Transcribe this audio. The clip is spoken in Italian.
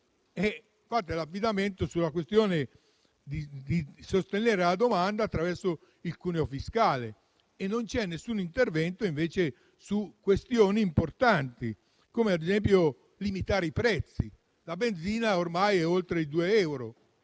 DEF è affidarvi alla questione di sostenere la domanda attraverso il cuneo fiscale e non c'è alcun intervento su questioni importanti come, ad esempio, la limitazione dei prezzi. La benzina ormai è oltre i 2 euro